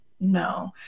no